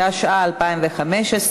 התשע"ה 2015,